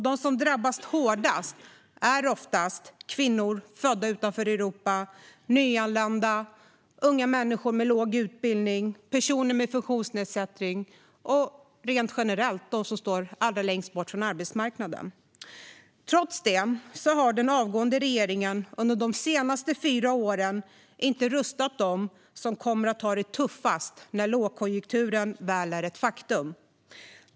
De som drabbas hårdast är ofta kvinnor födda utanför Europa, nyanlända, unga människor med låg utbildning, personer med funktionsnedsättning och, rent generellt, de som står allra längst bort från arbetsmarknaden. Trots detta har den avgående regeringen under de senaste fyra åren inte rustat dem som kommer att ha det tuffast när lågkonjunkturen väl är ett faktum.